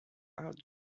out